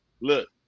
look